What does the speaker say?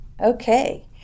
okay